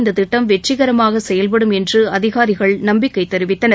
இந்த திட்டம் வெற்றிகரமாக செயல்படும் என்று அதிகாரிகள் நம்பிக்கை தெரிவித்தனர்